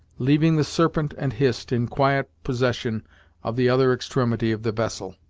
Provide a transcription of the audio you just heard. leaving the serpent and hist in quiet possession of the other extremity of the vessel.